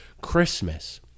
Christmas